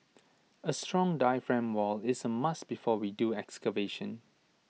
A strong diaphragm wall is A must before we do excavation